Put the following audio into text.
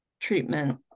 treatment